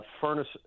furnace